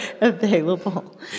available